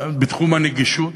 בתחום הנגישות.